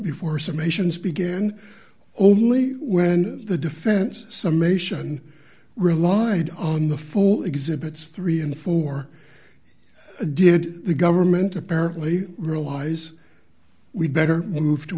summations began only when the defense summation relied on the full exhibits three and four did the government apparently realize we better move to